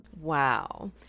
Wow